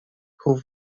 who